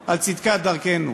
שמירה על צדקת דרכנו.